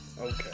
Okay